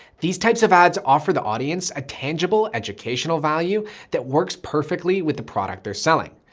these types of ads offer the audience a tangible educational value that works perfectly with the product they're selling.